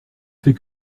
fait